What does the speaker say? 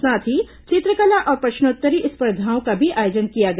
साथ ही चित्रकला और प्रश्नोत्तरी स्पर्धाओं का भी आयोजन किया गया